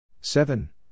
Seven